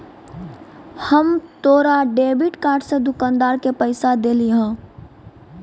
हम तोरा debit card से दुकानदार के पैसा देलिहों